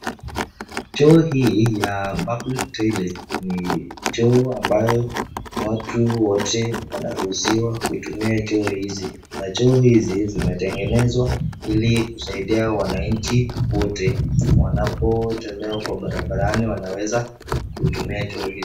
Choo hii ya public toilet ni choo ambayo watu wote wanaruhusiwa kutumia choo hizi na choo hizi zimetegenezwa ili kusaidia mwananchi wote .Wanapotembea barabarani wanaweza kutumia choo hizi.